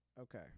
Okay